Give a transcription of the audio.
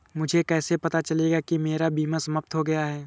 मुझे कैसे पता चलेगा कि मेरा बीमा समाप्त हो गया है?